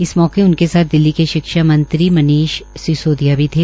इस मौके उनके साथ दिल्ली के शिक्षा मंत्री मनीष सिसोदिया भी थे